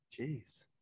Jeez